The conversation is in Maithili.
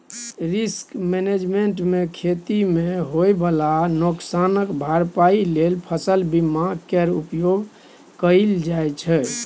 रिस्क मैनेजमेंट मे खेती मे होइ बला नोकसानक भरपाइ लेल फसल बीमा केर उपयोग कएल जाइ छै